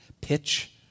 Pitch